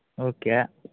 okay